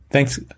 Thanks